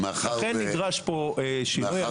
לכן נדרש פה שינוי -- אדוני ראש העיר דקה,